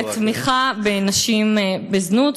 לתמיכה בנשים בזנות,